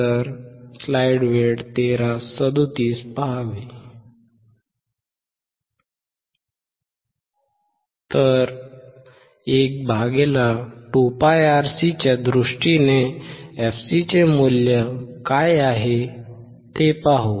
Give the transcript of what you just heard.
तर 12πRC च्या दृष्टीने fc चे मूल्य काय आहे ते पाहू